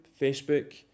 Facebook